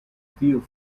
tiu